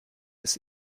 des